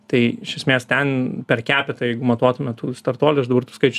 tai iš esmės ten per kepitą jeigu matuotume tų startuolių aš dabar tų skaičių